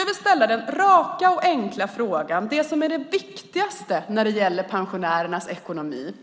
Jag vill ställa den raka och enkla frågan, som handlar om det viktigaste när det gäller pensionärernas ekonomi: